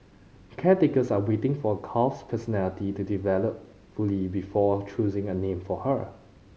caretakers are waiting for calf's personality to develop fully before choosing a name for her